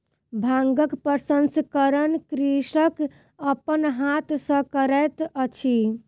भांगक प्रसंस्करण कृषक अपन हाथ सॅ करैत अछि